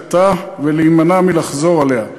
להפסיקה ולהימנע מלחזור עליה.